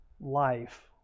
life